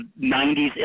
90s